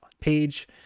page